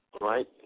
right